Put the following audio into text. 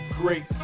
great